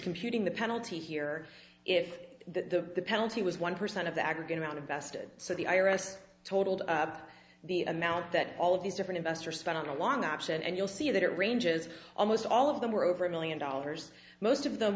computing the penalty here if the penalty was one percent of the aggregate amount of vested so the i r s totaled up the amount that all of these different investors spent on a long option and you'll see that it ranges almost all of them were over a million dollars most of them